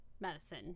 medicine